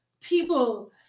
people